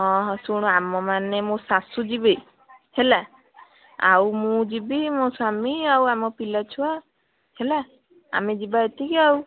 ହଁ ହଁ ଶୁଣୁ ଆମମାନେ ମୋ ଶାଶୂ ଯିବେ ହେଲା ଆଉ ମୁଁ ଯିବି ମୋ ସ୍ୱାମୀ ଆଉ ଆମ ପିଲାଛୁଆ ହେଲା ଆମେ ଯିବା ଏତିକି ଆଉ